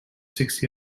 six